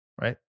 right